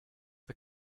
the